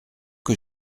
que